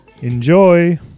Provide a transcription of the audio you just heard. Enjoy